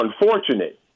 unfortunate